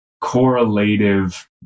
correlative